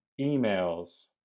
emails